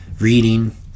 reading